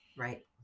Right